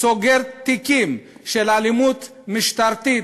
סוגרת תיקים של אלימות משטרתית,